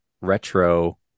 retro